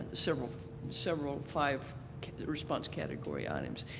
several several five response category items.